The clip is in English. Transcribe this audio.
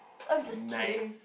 nice